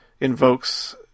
invokes